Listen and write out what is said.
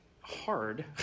hard